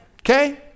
okay